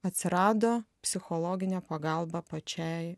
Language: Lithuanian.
atsirado psichologinė pagalba pačiai